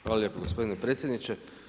Hvala lijepo gospodine predsjedniče.